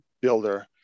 builder